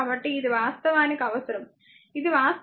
కాబట్టి ఇది వాస్తవానికి అవసరం ఇది వాస్తవానికి ఈ 5 i 1 ఇది 5 i 1